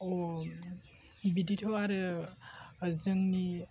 अ बिदिथ' आरो जोंनि